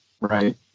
right